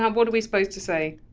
what are we supposed to say?